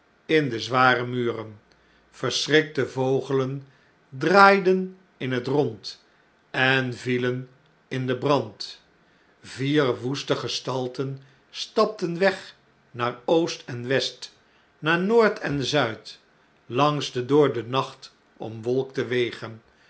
in de zware muren verschrikte vogelen draaiden in het rond en vielen in den brand vier woeste gestalten stapten weg naar oost en west naar noord en zuid langs de door den nacht omwolkte wegen